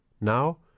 Now